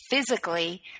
Physically